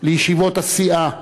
לישיבות הסיעה,